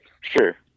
Sure